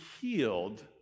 healed